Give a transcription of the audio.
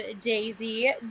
Daisy